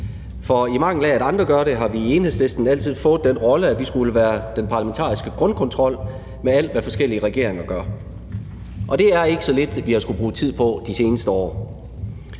for i mangel af at andre gør det, har vi i Enhedslisten altid fået den rolle, at vi skulle være den parlamentariske grundkontrol med alt, hvad forskellige regeringer gør, og det er ikke så lidt, vi har skullet bruge tid på de seneste år.